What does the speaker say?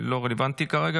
לא רלוונטי כרגע,